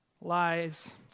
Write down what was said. lies